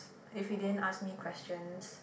if he didn't ask me questions